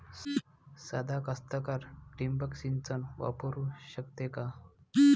सादा कास्तकार ठिंबक सिंचन वापरू शकते का?